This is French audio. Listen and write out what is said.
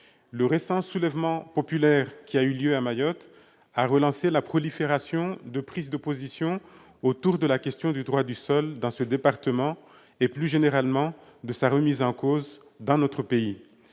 Le récent soulèvement populaire qui a eu lieu à Mayotte a relancé la prolifération de prises de position autour de la question du droit du sol dans ce département et, plus généralement, de sa remise en cause dans notre pays.